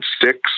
six